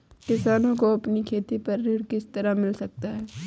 किसानों को अपनी खेती पर ऋण किस तरह मिल सकता है?